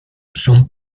son